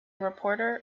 reporter